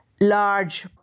large